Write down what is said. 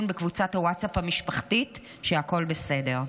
בקבוצת הווטסאפ המשפחתית שהכול בסדר.